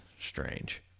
strange